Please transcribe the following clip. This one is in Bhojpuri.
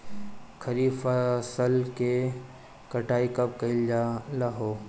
खरिफ फासल के कटाई कब कइल जाला हो?